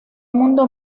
mundo